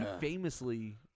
famously